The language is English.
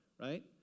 right